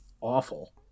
awful